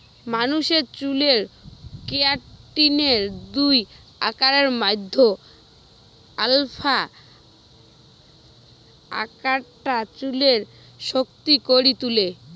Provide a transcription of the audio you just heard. মানুষের চুলরে কেরাটিনের দুই আকারের মধ্যে আলফা আকারটা চুলকে শক্ত করি তুলে